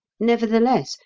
nevertheless,